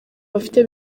bafite